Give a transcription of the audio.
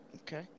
Okay